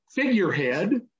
figurehead